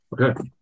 Okay